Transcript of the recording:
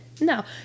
No